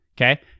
okay